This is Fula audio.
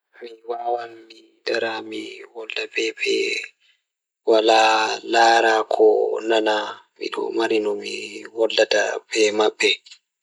Mi wawan mi Dara mi So tawii miɗo waɗa jaɓde kala ngal ɗiɗi, mi waɗataa jaɓde waɗude e yeeso ngal. Ko ndee, yeeso o waɗataa waɗi ngam miɗo njiddaade ngal hakillo ngal yimɓe ɗiɗi ngal waɗaa waɗde ngal rewɓe ngal, tun tawa ngal hakillo ngal waawataa waɗude fiyaangu ngam nguurndam ngal.